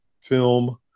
film